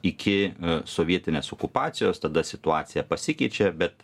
iki sovietinės okupacijos tada situacija pasikeičia bet